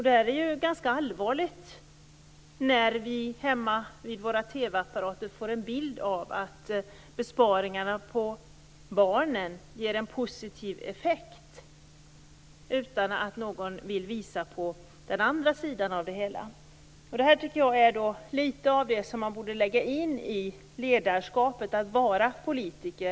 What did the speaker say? Det är ganska allvarligt när vi hemma vid våra TV-apparater får en bild av att besparingar avseende barnen ger en positiv effekt; detta utan att någon vill visa på den andra sidan av det hela. Litet sådant tycker jag borde läggas in i ledarskapet, i detta med att vara politiker.